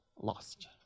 Lost